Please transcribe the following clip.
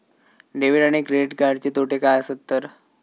Debit आणि credit कार्डचे तोटे काय आसत तर?